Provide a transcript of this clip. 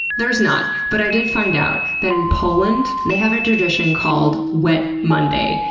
there's not. but i did find out, that in poland, they have a tradition called wet monday,